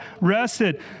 rested